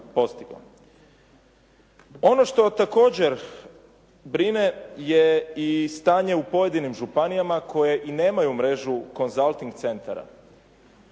Ono što također brine je i stanje u pojedinim županijama koje i nemaju mrežu konzalting centara.